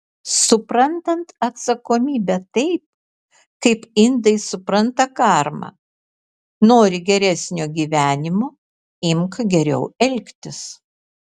suprantant atsakomybę taip kaip indai supranta karmą nori geresnio gyvenimo imk geriau elgtis